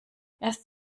erst